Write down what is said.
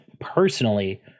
personally